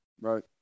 Right